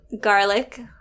Garlic